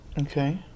okay